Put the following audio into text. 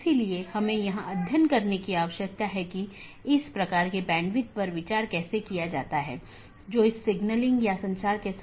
इसलिए हलका करने कि नीति को BGP प्रोटोकॉल में परिभाषित नहीं किया जाता है बल्कि उनका उपयोग BGP डिवाइस को कॉन्फ़िगर करने के लिए किया जाता है